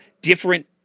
different